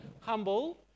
humble